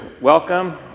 welcome